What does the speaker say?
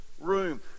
room